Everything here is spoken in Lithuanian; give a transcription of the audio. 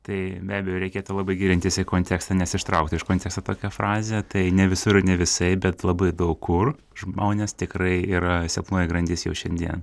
tai be abejo reikėtų labai gilintis į kontekstą nes ištraukta iš konteksto tokia frazė tai ne visur ir ne visai bet labai daug kur žmonės tikrai yra silpnoji grandis jau šiandien